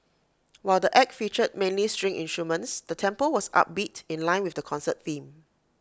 while the act featured mainly string instruments the tempo was upbeat in line with the concert theme